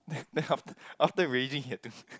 then then after after raging he had to